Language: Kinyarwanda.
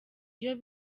iyo